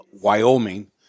Wyoming